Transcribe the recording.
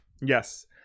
Yes